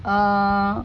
uh